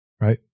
right